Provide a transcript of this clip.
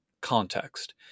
context